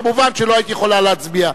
כמובן שלא היית יכולה להצביע.